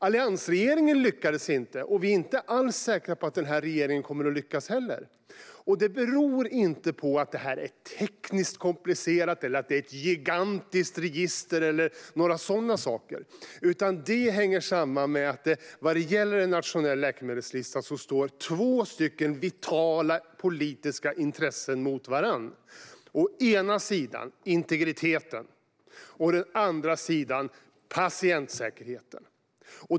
Alliansregeringen lyckades inte, och vi är inte alls säkra på att den här regeringen kommer att lyckas. Det beror inte på att det är ett tekniskt komplicerat problem, att det är fråga om ett gigantiskt register eller sådana saker. Det beror på att i fråga om en nationell läkemedelslista står två vitala politiska intressen mot varandra: å ena sidan integriteten och å andra sidan patientsäkerheten.